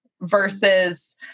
versus